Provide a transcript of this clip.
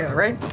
right?